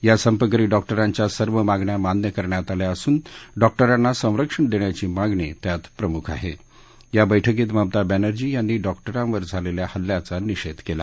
या संपकरी डॉक्टरांच्या सर्व मागण्या मान्य करण्यात आल्या असून डॉक्टरांना संरक्षण दृष्ठिाची मागणी त्यात प्रमुख आहा आ बैठकीत ममता बॅनर्जी यांनी डॉक्टरांवर झालखि हल्ल्याचा निषधीकला